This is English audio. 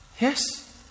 Yes